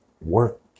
Work